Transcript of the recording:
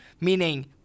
meaning